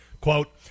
Quote